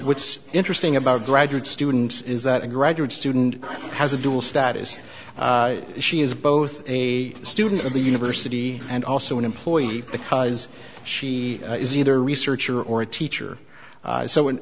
what's interesting about graduate students is that a graduate student has a dual status she is both a student of the university and also an employee because she is either researcher or a teacher